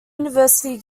university